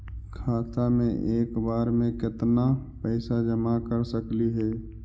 खाता मे एक बार मे केत्ना पैसा जमा कर सकली हे?